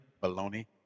bologna